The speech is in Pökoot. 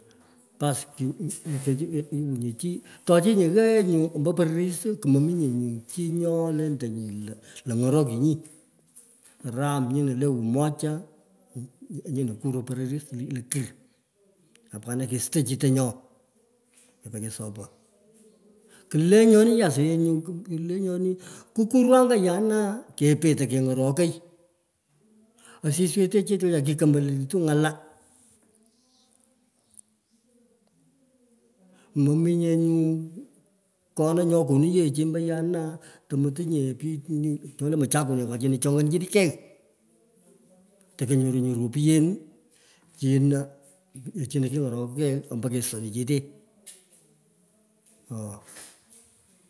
Baas nyu rwinye chi. Tochinyi ghaa yee nyu ombo pororis, kumominye nyu chi lentenyu lo ng'orokinyi karam nyino le umacha, nyino kuroi pororis lo kurr. apkana kesuto chitonyo, keppe kesopo. Kulenyoni yee asiyech nyu, kulenyoni, kukuruy anga yanaa, kepetei keng'orokoi. Asiswechetech, wechara, kikombolelitui ng'ala, mominye nyuu. Kona nyo konu ye chi ombo ya nua otomoting ye pich nyu chole mchangunekwachino chongonchinigkei tekonyoru nyu ropiyen chino chino king'orokoikei ambo kestoni chete, oo